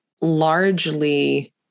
largely